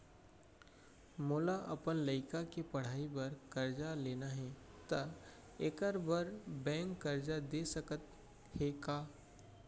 मोला अपन लइका के पढ़ई बर करजा लेना हे, त एखर बार बैंक करजा दे सकत हे का?